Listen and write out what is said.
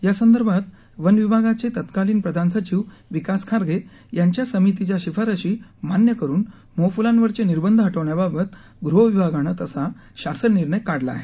यासंदर्भात वनविभागाचे तत्कालिन प्रधान सचिव विकास खारगे यांच्या समितीच्या शिफारशी मान्य करून मोहफुलांवरचे निर्बंध हटवण्याबाबत गृह विभागानं तसा शासन निर्णय काढला आहे